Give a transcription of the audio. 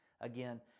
Again